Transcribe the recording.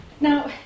Now